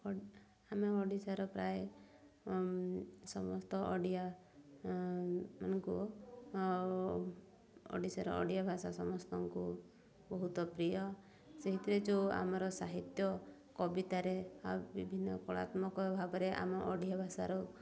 ଆମେ ଓଡ଼ିଶାର ପ୍ରାୟ ସମସ୍ତ ଓଡ଼ିଆ ମାନଙ୍କୁ ଓଡ଼ିଶାର ଓଡ଼ିଆ ଭାଷା ସମସ୍ତଙ୍କୁ ବହୁତ ପ୍ରିୟ ସେହିଥିରେ ଯେଉଁ ଆମର ସାହିତ୍ୟ କବିତାରେ ଆଉ ବିଭିନ୍ନ କଳାତ୍ମକ ଭାବରେ ଆମ ଓଡ଼ିଆ ଭାଷାରୁ